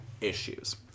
issues